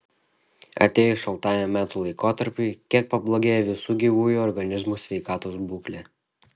atėjus šaltajam metų laikotarpiui kiek pablogėja visų gyvųjų organizmų sveikatos būklė